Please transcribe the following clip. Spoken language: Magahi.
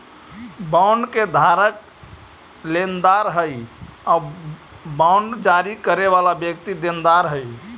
बॉन्ड के धारक लेनदार हइ आउ बांड जारी करे वाला व्यक्ति देनदार हइ